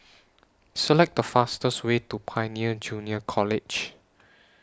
Select The fastest Way to Pioneer Junior College